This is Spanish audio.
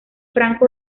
franco